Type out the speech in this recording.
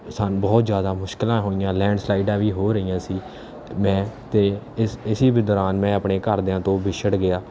ਸਾਨੂੰ ਬਹੁਤ ਜ਼ਿਆਦਾ ਮੁਸ਼ਕਿਲਾਂ ਹੋਈਆਂ ਲੈਂਡ ਸਲਾਈਡਾਂ ਵੀ ਹੋ ਰਹੀਆਂ ਸੀ ਮੈਂ ਅਤੇ ਇਸ ਇਸੀ ਵੀ ਦੌਰਾਨ ਮੈਂ ਆਪਣੇ ਘਰਦਿਆਂ ਤੋਂ ਵਿੱਛੜ ਗਿਆ